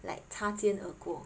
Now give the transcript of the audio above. like 擦肩而过